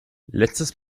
letztes